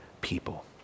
people